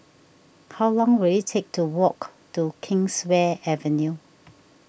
how long will it take to walk to Kingswear Avenue